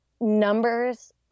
numbers